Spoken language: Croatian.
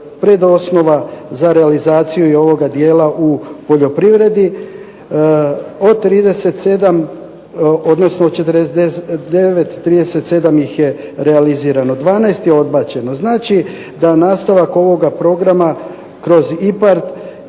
pred osnova za realizaciju i ovoga dijela u poljoprivredi? Od 49, 37 ih je realizirano, 12 je odbačeno. Znači, da nastavak ovoga programa kroz IPARD,